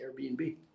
Airbnb